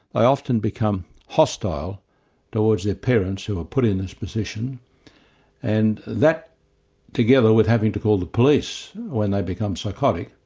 i often become hostile towards their parents who are put in this position and that together with having to call the police when they become psychotic,